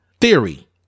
theory